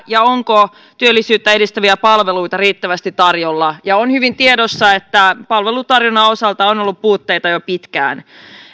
ja onko työllisyyttä edistäviä palveluita riittävästi tarjolla ja on hyvin tiedossa että palvelutarjonnan osalta on ollut puutteita jo pitkään